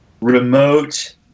remote